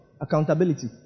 Accountability